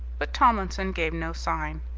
but tomlinson gave no sign.